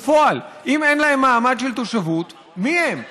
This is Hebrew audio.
בפועל, אם אין להם מעמד של תושבות, מי הם?